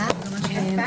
הישיבה